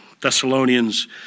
Thessalonians